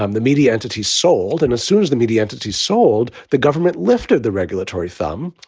um the media entities sold, and as soon as the media entities sold, the government lifted the regulatory thumb,